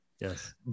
Yes